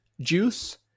juice